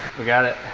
we got it.